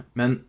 men